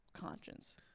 conscience